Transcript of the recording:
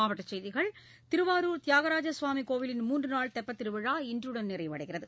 மாவட்டச் செய்திகள் திருவாரூர் தியாகராஜ சுவாமி கோயிலின் மூன்று நாள் தெப்பத் திருவிழா இன்றுடன் நிறைவடைகிறது